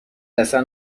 اصلا